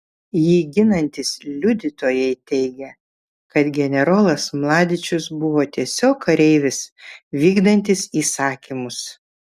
jį ginantys liudytojai teigia kad generolas mladičius buvo tiesiog kareivis vykdantis įsakymus